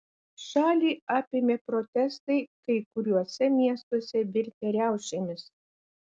šalį apėmė protestai kai kuriuose miestuose virtę riaušėmis